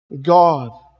God